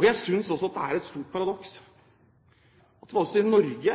et stort paradoks at regjeringsrepresentanter fra Norge